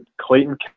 Clayton